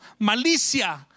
malicia